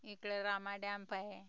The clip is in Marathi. इकडं रामा डॅम पण आहे